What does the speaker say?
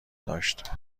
داشت